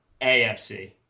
AFC